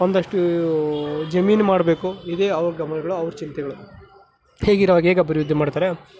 ಒಂದಷ್ಟು ಜಮೀನು ಮಾಡಬೇಕು ಇದೆ ಅವ್ರ ಗಮನಗಳು ಅವರ ಚಿಂತೆಗಳು ಹೀಗಿರುವಾಗ ಹೇಗ್ ಅಭಿವೃದ್ಧಿ ಮಾಡ್ತಾರೆ